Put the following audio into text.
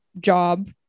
job